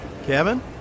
Kevin